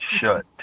shut